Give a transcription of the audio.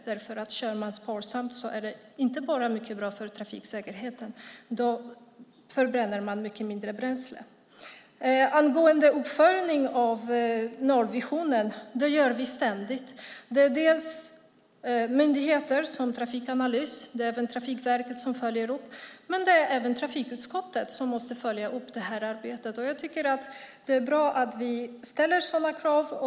Sparsam körning är inte bara bra för trafiksäkerheten, utan man förbränner också mindre bränsle. Vi gör ständigt uppföljning av nollvisionen. Myndigheterna Trafikanalys och Trafikverket följer upp, men även trafikutskottet måste följa upp arbetet. Det är bra att vi ställer sådana krav.